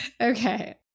Okay